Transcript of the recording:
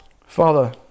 Father